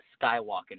Skywalking